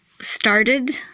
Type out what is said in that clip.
started